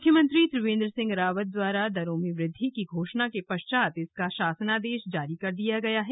मुख्यमंत्री त्रिवेन्द्र सिंह रावत की दरों में वृद्धि की घोषणा के पश्चात् इसका शासनादेश जारी कर दिया गया है